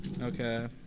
Okay